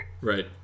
Right